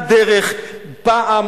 מתחיל.